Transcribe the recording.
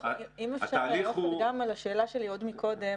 לענות על השאלה שלי מקודם,